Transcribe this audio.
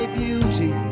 beauty